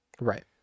Right